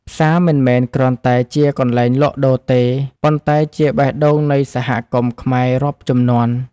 ផ្សារមិនមែនគ្រាន់តែជាកន្លែងលក់ដូរទេ ប៉ុន្តែជាបេះដូងនៃសហគមន៍ខ្មែររាប់ជំនាន់។